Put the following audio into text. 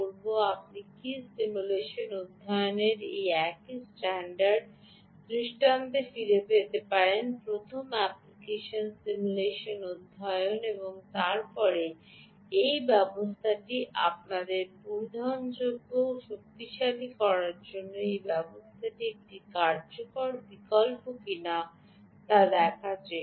আপনি কি সিমুলেশন অধ্যয়নের এই একই স্ট্যান্ডার্ড দৃষ্টান্তে ফিরে যেতে পারেন প্রথমে অ্যাপ্লিকেশন সিমুলেশন অধ্যয়ন এবং তারপরে এই ব্যবস্থাটি আমাদের পরিধানযোগ্যকে শক্তিশালী করার জন্য এই ব্যবস্থাটি একটি কার্যকর বিকল্প কিনা তা দেখার চেষ্টা করে